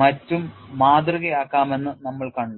മറ്റും മാതൃകയാക്കാമെന്ന് നമ്മൾ കണ്ടു